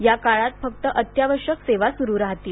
या काळात फक्त अत्यावश्यक सेवा सुरू राहतील